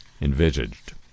envisaged